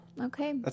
Okay